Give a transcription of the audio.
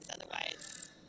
otherwise